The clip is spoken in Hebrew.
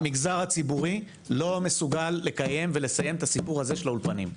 המגזר הציבורי לא מסוגל לקיים ולסיים את הסיפור הזה של האולפנים.